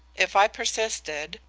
if i persisted,